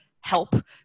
help